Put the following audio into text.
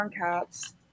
cats